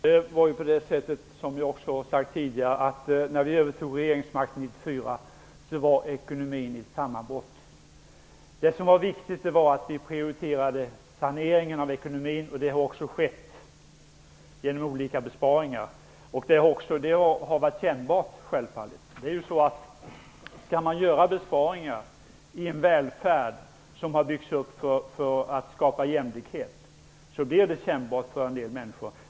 Herr talman! Som jag sade tidigare befann sig ekonomin i ett sammanbrott när vi övertog regeringsmakten 1994. Det viktiga var att prioritera saneringen av ekonomin, och det har också skett genom olika besparingar. Självfallet har det varit kännbart. Om man skall göra besparingar i en välfärd som byggts upp för att skapa jämlikhet blir det kännbart för en del människor.